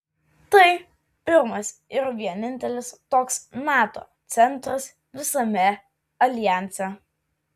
tai pirmas ir vienintelis toks nato centras visame aljanse